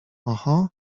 oho